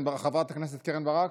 חברת הכנסת קרן ברק,